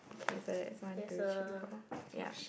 okay so that's one two three four yup